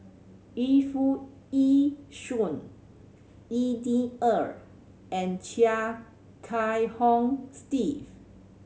Yu Foo Yee Shoon Xi Ni Er and Chia Kiah Hong Steve